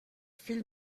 fill